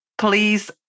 please